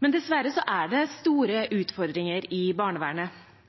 Men dessverre er det store utfordringer i barnevernet,